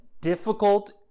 difficult